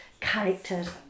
characters